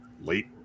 late